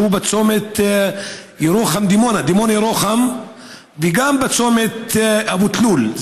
צומת דימונה ירוחם וגם צומת אבו תלול,